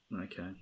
Okay